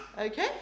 Okay